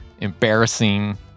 embarrassing